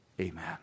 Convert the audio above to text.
Amen